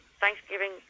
Thanksgiving